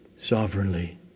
sovereignly